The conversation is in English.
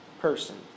person